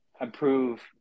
improve